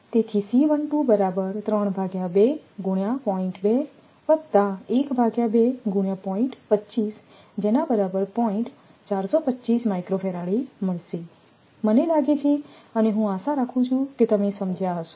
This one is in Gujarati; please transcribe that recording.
તેથી મને લાગે છે અને હું આશા રાખું છું કે તમે સમજ્યા હશો